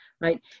right